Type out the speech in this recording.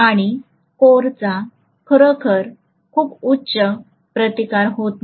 आणि कोरचा खरोखर खूप उच्च प्रतिकार होत नाही